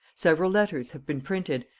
several letters have been printed,